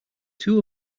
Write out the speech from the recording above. two